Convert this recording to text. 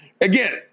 Again